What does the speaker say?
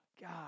God